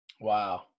Wow